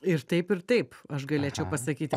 ir taip ir taip aš galėčiau pasakyti